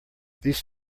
these